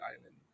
Island